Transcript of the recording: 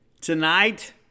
tonight